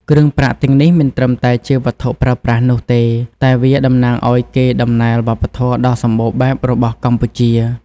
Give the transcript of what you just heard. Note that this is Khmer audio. គ្រឿងប្រាក់ទាំងនេះមិនត្រឹមតែជាវត្ថុប្រើប្រាស់នោះទេ តែវាតំណាងឱ្យកេរ្តិ៍ដំណែលវប្បធម៌ដ៏សម្បូរបែបរបស់កម្ពុជា។